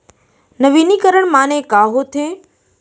नवीनीकरण माने का होथे?